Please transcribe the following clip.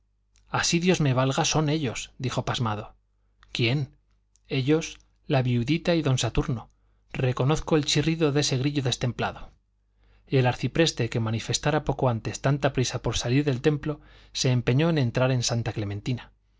así dios me valga son ellos dijo pasmado quién ellos la viudita y don saturno reconozco el chirrido de ese grillo destemplado y el arcipreste que manifestara poco antes tanta prisa por salir del templo se empeñó en entrar en santa clementina